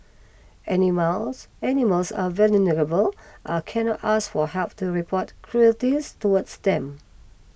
animals animals are vulnerable and cannot ask for help to report cruelties towards them